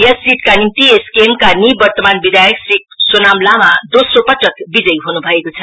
यस सीटका निम्ति एसकेएम का निवर्तमान विधायक श्री सोनाम लामा दोस्रो पटक विजय हन्भएको छ